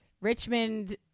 Richmond